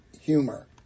Humor